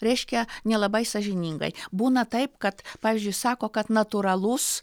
reiškia nelabai sąžiningai būna taip kad pavyzdžiui sako kad natūralus